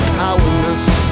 powerless